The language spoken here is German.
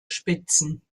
spitzen